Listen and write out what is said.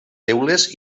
teules